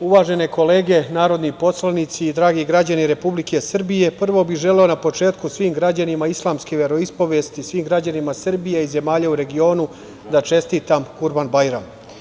uvažene kolege narodni poslanici, dragi građana Republike Srbije, prvo bih želeo na početku svim građanima islamske veroispovesti, svih građanima Srbije i zemalja u regionu, da čestitam Kurban-bajram.